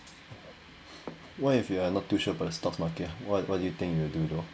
what if you are not too sure about the stock market what what do you think you will do though